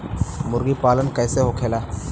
मुर्गी पालन कैसे होखेला?